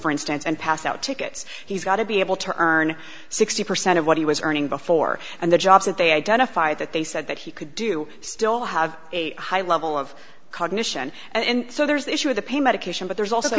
for instance and pass out tickets he's got to be able to earn sixty percent of what he was earning before and the jobs that they identify that they said that he could do still have a high level of cognition and so there's the issue of the pain medication but there's also